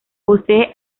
posee